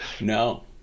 No